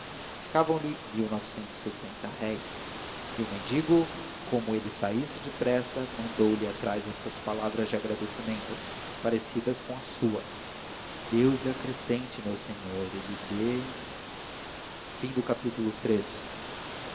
noventa e oito réis e o mendigo como ele saísse depressa mandou-lhe atrás estas palavras de agradecimento parecidas com as suas deus lhe acrescente meu senhor e lhe